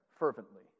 fervently